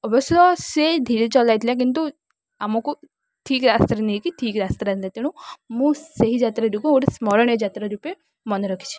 ଅବଶ୍ୟ ସେ ଧୀରେ ଚଲାଇ ଥିଲା କିନ୍ତୁ ଆମକୁ ଠିକ୍ ରାସ୍ତରେ ନେଇକି ଠିକ୍ ରାସ୍ତାରେ ଆଣିଲା ତେଣୁ ମୁଁ ସେହି ଯାତ୍ରାଟିକୁ ଗୋଟେ ସ୍ମରଣୀୟ ଯାତ୍ରା ରୂପେ ମନେ ରଖିଛି